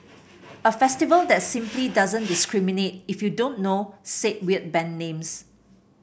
a festival that simply doesn't discriminate if you don't know said weird band names